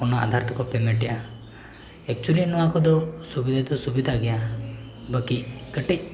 ᱚᱱᱟ ᱟᱫᱷᱟᱨ ᱛᱮᱠᱚ ᱮᱫᱟ ᱱᱚᱣᱟ ᱠᱚᱫᱚ ᱥᱩᱵᱤᱫᱷᱟ ᱫᱚ ᱥᱩᱵᱤᱫᱷᱟ ᱜᱮᱭᱟ ᱵᱟᱹᱠᱤ ᱠᱟᱹᱴᱤᱡ